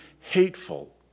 hateful